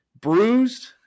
Bruised